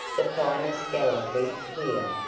the finest gallantry, here,